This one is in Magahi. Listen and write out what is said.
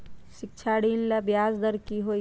शिक्षा ऋण ला ब्याज दर कि हई?